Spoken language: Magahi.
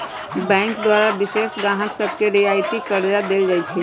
बैंक द्वारा विशेष गाहक सभके रियायती करजा देल जाइ छइ